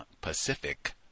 Pacific